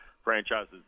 Franchises